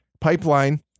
pipeline